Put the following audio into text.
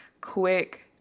quick